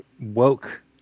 woke